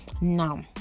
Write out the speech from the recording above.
Now